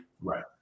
Right